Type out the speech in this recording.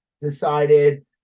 decided